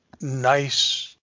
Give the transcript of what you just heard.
nice